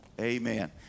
Amen